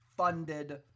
funded